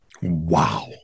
wow